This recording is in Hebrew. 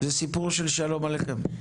זה סיפור של שלום עליכם.